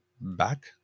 back